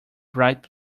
bright